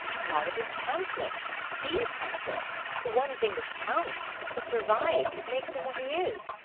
why, of his pamphlet the pamphlet the one thing that counts, that survives, that makes him what he is!